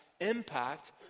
impact